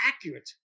accurate